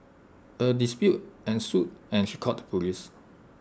A dispute ensued and she called the Police